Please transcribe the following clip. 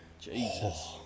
Jesus